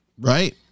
Right